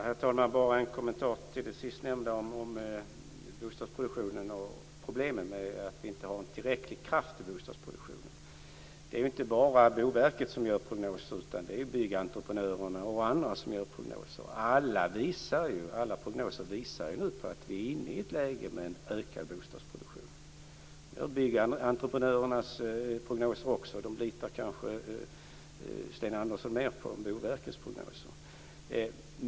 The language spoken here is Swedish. Herr talman! Jag har bara en kommentar till det sistnämnda om bostadsproduktionen och problemen med att vi inte har en tillräcklig kraft i bostadsproduktionen. Det är inte bara Boverket som gör prognoser utan även Byggentreprenörerna och andra. Alla prognoser visar nu på att vi är inne i ett läge med ökad bostadsproduktion. Det gör också Byggentreprenörernas prognoser, och de litar kanske Sten Andersson mer på än Boverkets prognoser.